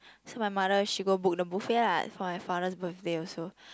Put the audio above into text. so my mother she go book the buffet lah for my father's birthday also